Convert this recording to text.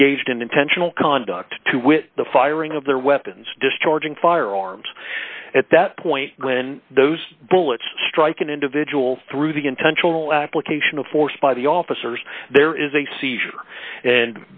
engaged in intentional conduct to wit the firing of their weapons discharging firearms at that point when those bullets strike an individual through the intentional application of force by the officers there is a seizure and